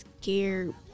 scared